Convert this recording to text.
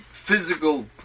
physical